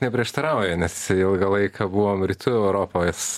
neprieštarauja nes ilgą laiką buvom rytų europos